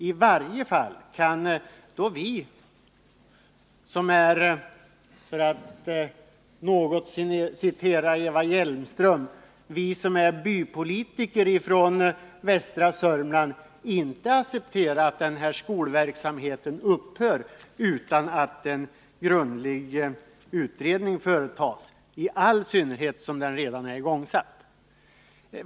I varje fall kan vi som är, för att använda Eva Hjelmströms uttryck, bypolitiker i västra Sörmland inte acceptera att denna skolverksamhet upphör utan att en grundlig utredning företas, i all synnerhet som den redan är igångsatt.